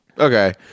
Okay